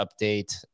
update